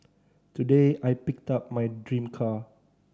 today I picked up my dream car